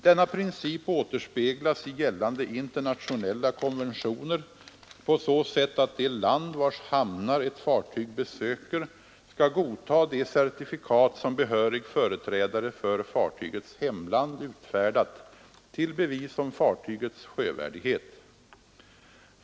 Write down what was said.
Denna princip återspeglas i gällande internationella konventioner på så sätt att det land vars hamnar ett fartyg besöker skall godta de certifikat som behörig företrädare för fartygets hemland utfärdat till bevis om fartygets sjövärdighet.